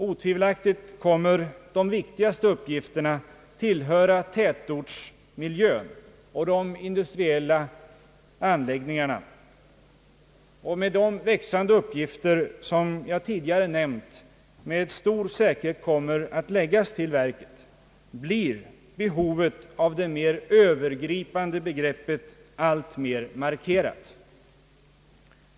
Otvivelaktigt kommer de viktigaste uppgifterna att tillhöra tätortsmiljön och de industriella anläggningarna. Med de växande uppgifter, som jag tidigare nämnt med stor säkerhet kommer att läggas till verket, blir behovet av det mera övergripande begreppet alltmer markerat.